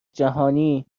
جهانی